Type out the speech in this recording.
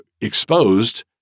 exposed